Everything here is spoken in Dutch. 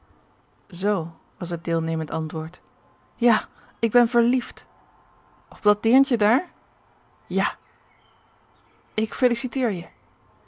zoo was het deelnemend antwoord ja ik ben verliefd op dat deerntje daar ja ik feliciteer je